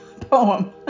poem